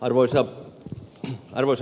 arvoisa puhemies